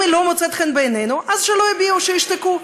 אם היא לא מוצאת חן בעינינו אז שלא יביעו, שישתקו.